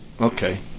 Okay